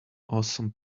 awesome